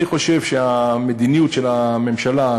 אני חושב שהמדיניות של הממשלה,